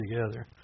together